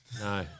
no